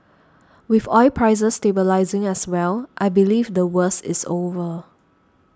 with oil prices stabilising as well I believe the worst is over